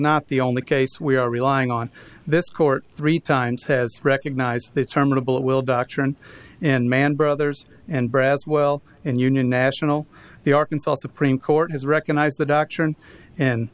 not the only case we are relying on this court three times has recognized determinable will doctrine and man brothers and braswell and union national the arkansas supreme court has recognized the doctrine and